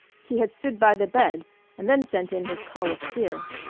he had stood by the bed and then sent in his call of fear.